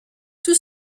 tout